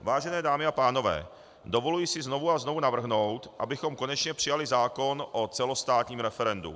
Vážené dámy a pánové, dovoluji si znovu a znovu navrhnout, abychom konečně přijali zákon o celostátním referendu.